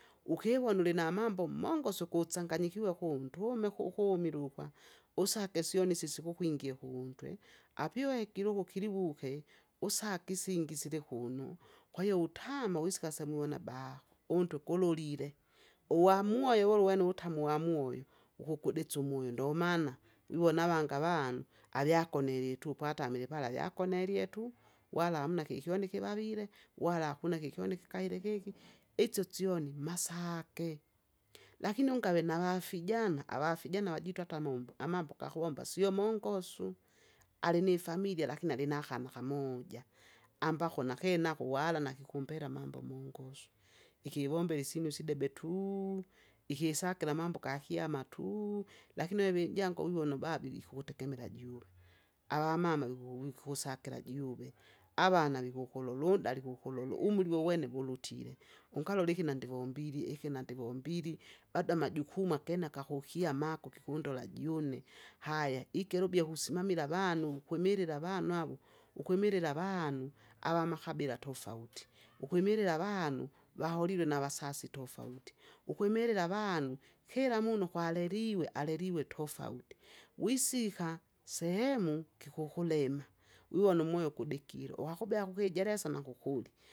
Ukivona ulinamambo mongosu ukusanganyikiwa ukundume kukumilukwa, usake syoni sisikukwingie kuuntwe, apiuwekile ukukiliwuke usake isingi silekuno, kwahiyo wisika semuwona baho, untu kululile, uwamuoyo wulu wene uwutamu wamuoyo, ukukdisa umoyo ndomana, ivona avange avanu avia akonile tu po atamile pala lyakunelie tu wala hamna kikioni kivavile, wala hakuna kikyoni kikaile kiki, itso syoni masake. Lakini ungave navafijana, avafijana vajitu ata mombo amambo gakuvomba sio mongosu. Alinifamilia lakini alinakana kamoja, ambako nakene ako wala nakikumbela amambo mongosu, ikiwombela isinu isidebe tuu, ikisakira amambo gakyama tuu! lakini vevijangu ivona ubaba ikukutegemela juve, avamama vikiku- vikukusakira juve, avana vikukuloludali kukulolu, umuri wuwene wulutile, ungalola ikina ndivombili ikina ndivombili, bado amajukumu akene akakukyama ako kikundola june. Haya ikera ubie kusimamila avanu, kwimilila avanu avo, ukwimilila avanu avamabila tofauti, ukwimilila avanu vaholilwe navasasi tofauti, ukwimilila avanu kira munu ukwaleliwe, aleliwe tofauti. Wisika sehemu kikukulema, wiwona umoyo kudekile uwakubea kukijelesa nakukuli.